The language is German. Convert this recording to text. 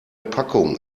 packung